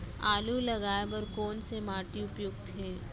आलू लगाय बर कोन से माटी उपयुक्त हे?